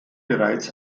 bereits